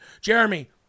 Jeremy